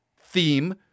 theme